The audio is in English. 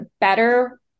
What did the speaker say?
better